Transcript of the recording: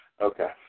okay